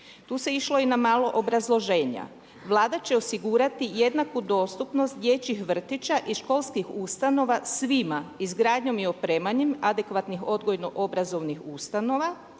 Tu se išlo i na malo obrazloženja. Vlada će osigurati jednaku dostupnost dječjih vrtića i školskih ustanova svima izgradnjom i opremanjem adekvatnih odgojno-obrazovnih ustanova.